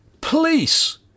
Police